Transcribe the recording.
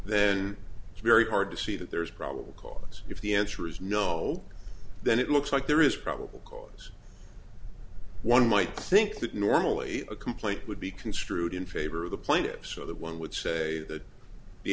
then it's very hard to see that there is probable cause if the answer is no then it looks like there is probable cause one might think that normally a complaint would be construed in favor of the plaintiffs so that one would say that the